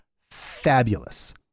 fabulous